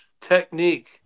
technique